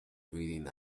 written